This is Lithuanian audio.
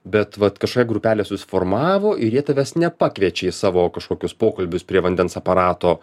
bet vat kažkokia grupelė susiformavo ir jie tavęs nepakviečia į savo kažkokius pokalbius prie vandens aparato